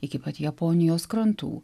iki pat japonijos krantų